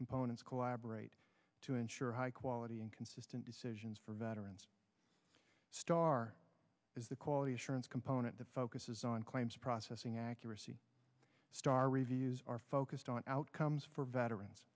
components collaborate to ensure high quality and consistent decisions for veterans star is the quality assurance component that focuses on claims processing accuracy star reviews are focused on outcomes for veterans